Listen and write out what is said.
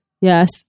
Yes